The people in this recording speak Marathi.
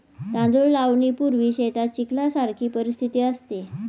तांदूळ लावणीपूर्वी शेतात चिखलासारखी परिस्थिती असते